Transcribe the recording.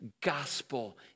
gospel